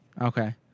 Okay